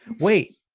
wait,